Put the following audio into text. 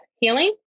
healing